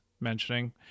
mentioning